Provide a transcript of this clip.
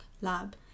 lab